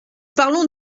parlons